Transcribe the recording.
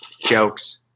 jokes